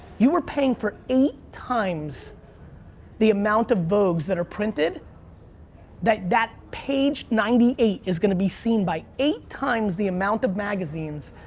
you are paying for eight times the amount of vogues that are printed that that page ninety eight is gonna be seen by eighth times the amount of magazines,